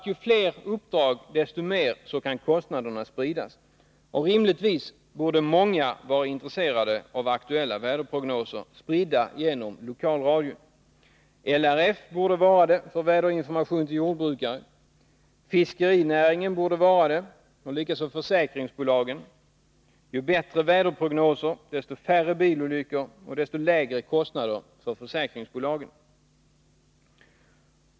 Ju fler uppdrag, desto mer kan kostnaderna spridas. Rimligtvis borde många vara intresserade av aktuella väderprognoser, spridda genom lokalradion. LRF borde vara det, för väderinformation till jordbrukare, fiskenäringen borde vara det och likaså försäkringsbolagen. Ju bättre väderprognoser desto färre bilolyckor och desto lägre kostnader för försäkringsbolagen.